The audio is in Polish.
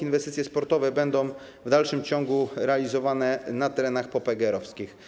Inwestycje sportowe będą w dalszym ciągu realizowane na terenach popegeerowskich.